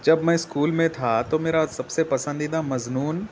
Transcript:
جب میں اسکول میں تھا تو میرا سب سے پسندیدہ مضنون